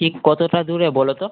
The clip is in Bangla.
ঠিক কতোটা দূরে বলতো